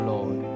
Lord